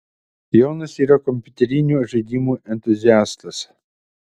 jonas yra kompiuterinių žaidimų entuziastas